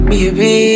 Baby